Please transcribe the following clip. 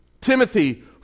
Timothy